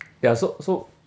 ya so so